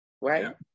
Right